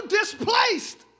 displaced